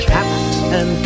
Captain